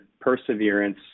perseverance